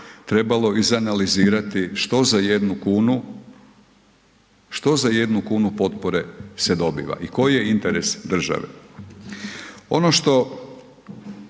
trebalo izanalizirati što za jednu kunu potpore se dobiva i koji je interes države. Ono što